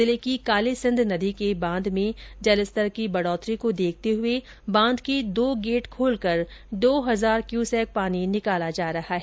जिले की कालीसिंध नदी के बांध में जलस्तर की बढोतरी को देखते हुए बांध के दो गेट खोलकर दो हजार क्यूसेक पानी निकाला जा रहा हैं